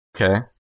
Okay